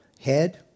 head